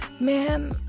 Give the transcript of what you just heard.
Man